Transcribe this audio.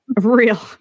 real